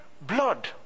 blood